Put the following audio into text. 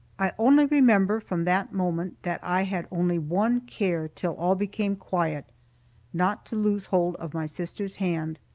i only remember, from that moment, that i had only one care till all became quiet not to lose hold of my sister's hand.